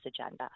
agenda